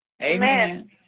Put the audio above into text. Amen